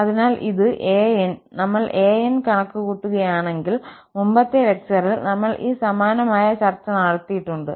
അതിനാൽ ഇത് an നമ്മൾ an കണക്കുകൂട്ടുകയാണെങ്കിൽ മുമ്പത്തെ ലെക്ചറിൽ നമ്മൾ സമാനമായ ചർച്ച നടത്തിയിട്ടുണ്ട്